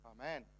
Amen